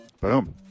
Boom